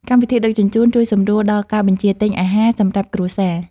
កម្មវិធីដឹកជញ្ជូន ជួយសម្រួលដល់ការបញ្ជាទិញអាហារសម្រាប់គ្រួសារ។